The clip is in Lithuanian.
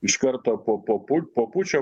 iš karto po po pul po pučio